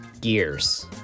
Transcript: Gears